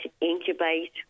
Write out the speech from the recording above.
incubate